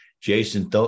jason